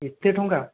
ଏତେ ଟଙ୍କା